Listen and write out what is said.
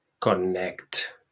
connect